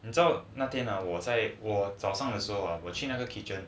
你知道那天在早上的时候我去那个 kitchen